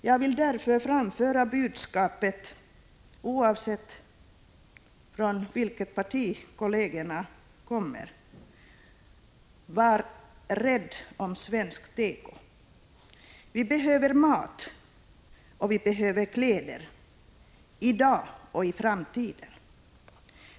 Jag vill därför framföra budskapet, oavsett från vilket parti kollegerna kommer: Var rädd om svensk teko. Vi behöver mat, och vi behöver kläder, i dag och i framtiden.